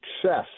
success